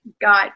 got